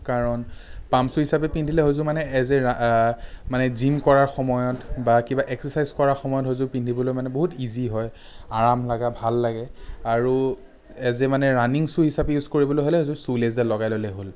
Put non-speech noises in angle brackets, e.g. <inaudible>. কাৰণ pump shoe হিচাপে পিন্ধিলে সেইযোৰ মানে এজ এ <unintelligible> মানে জিম কৰাৰ সময়ত বা কিবা এক্সাৰচাইজ কৰাৰ সময়ত সেইযোৰ পিন্ধিবলৈ মানে বহুত ইজি হয় আৰাম লাগা ভাল লাগে আৰু এজ এ মানে ৰাণিং শ্বু হিচাপে ইউজ কৰিবলৈ হ'লে সেইযোৰ শ্বু লেছজাল লগাই ল'লেই হ'ল